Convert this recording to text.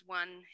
one